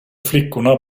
flickorna